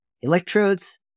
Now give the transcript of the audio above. Electrodes